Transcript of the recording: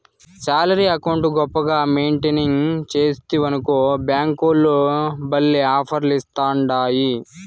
salary account గొప్పగా maintain సేస్తివనుకో బ్యేంకోల్లు భల్లే ఆపర్లిస్తాండాయి